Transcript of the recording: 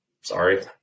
sorry